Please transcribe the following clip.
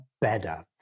better